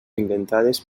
inventades